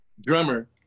drummer